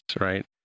right